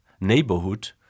neighborhood